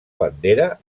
bandera